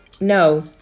no